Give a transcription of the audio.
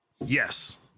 yes